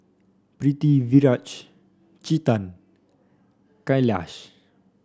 Pritiviraj Chetan Kailash